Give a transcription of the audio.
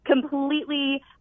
completely